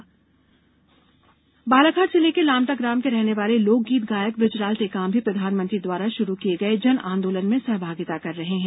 जन आंदोलन बालाघाट जिले के लामटा ग्राम के रहने वाले लोकगीत गायक बृजलाल टेकाम भी प्रधानमंत्री द्वारा श्रू किये गए जन आंदोलन में सहभागिता कर रहे हैं